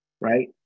right